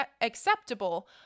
acceptable